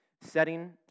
Setting